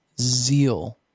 zeal